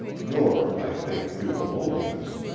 nor, i think, due to loneliness.